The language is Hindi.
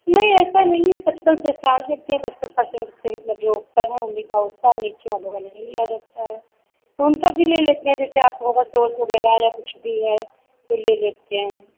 नहीं ऐसा नहीं है पचपन से स्टार्ट करते हैं पचपन पर्सेंट से मतलब जो ऊपर है उन्ही का होता है नीचे वालों को नहीं लिया जाता है उनको भी ले लेते हैं जैसे आप लोगों का सोर्स वगैरह या कुछ भी है तो ले लेते हैं